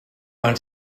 want